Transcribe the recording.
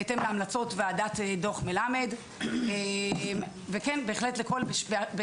בהתאם להמלצות ועדת דוח מלמד וכן בראייה